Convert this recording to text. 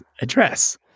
address